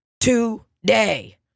today